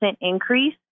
increase